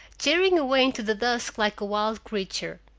tearing away into the dusk like a wild creature.